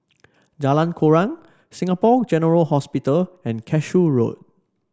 Jalan Koran Singapore General Hospital and Cashew Road